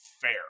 fair